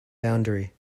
boundary